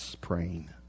praying